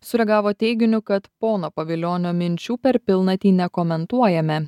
sureagavo teiginiu kad pono pavilionio minčių per pilnatį nekomentuojame